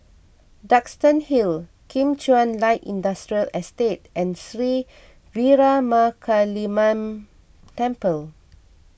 Duxton Hill Kim Chuan Light Industrial Estate and Sri Veeramakaliamman Temple